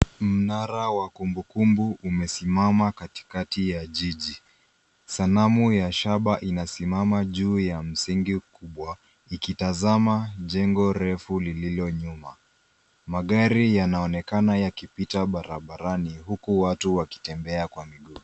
Mnara wa kumbukumbu umesimama katikati ya jiji. Sanamu ya shaba inasimama juu ya msingi kubwa ikitazama jengo refu lililo nyuma. Magari yanaonekana yakipita barabarani huku watu wakitembea kwa miguu.